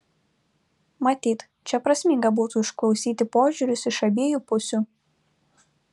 matyt čia prasminga būtų išklausyti požiūrius iš abiejų pusių